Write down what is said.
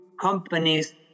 companies